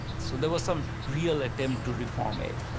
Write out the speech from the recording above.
so there was some real attempt to reform aid.